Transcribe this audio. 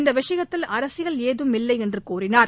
இந்த விஷயத்தில் அரசியல் ஏதும் இல்லை என்று கூறினார்